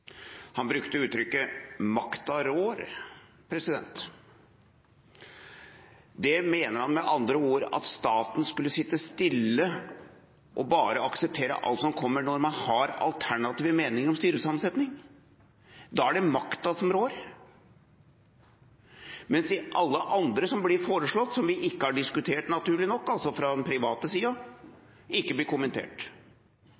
Han brukte uttrykket «makta rår». Han mener med andre ord at staten skal sitte stille og bare akseptere alt som kommer, selv om man har alternative meninger om en styresammensetning. Da er det makta som rår, mens alle andre som blir foreslått – som vi ikke har diskutert, naturlig nok – fra den private